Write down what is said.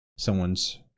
someone's